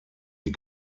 die